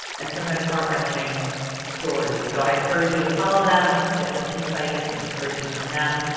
and sometimes heart-wrenching stories. so i encourage you to follow them, get some insight, get some inspiration from them.